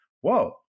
whoa